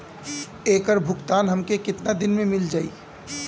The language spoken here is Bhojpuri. ऐकर भुगतान हमके कितना दिन में मील जाई?